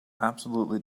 absolutely